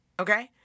Okay